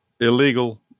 illegal